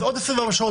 אז עוד 24 שעות,